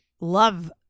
love